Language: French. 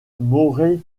moret